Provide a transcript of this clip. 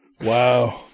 Wow